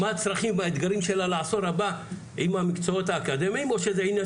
מה הצרכים והאתגרים שלה לעשור הבא עם המקצועות האקדמיים או שזה עניין